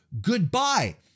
goodbye